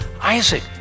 Isaac